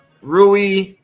Rui